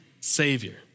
savior